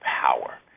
power